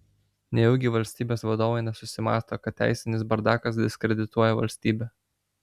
nejaugi valstybės vadovai nesusimąsto kad teisinis bardakas diskredituoja valstybę